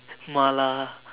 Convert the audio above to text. Mala